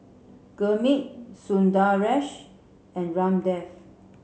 Gurmeet Sundaresh and Ramdev